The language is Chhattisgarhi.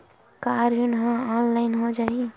का ऋण ह ऑनलाइन हो जाही?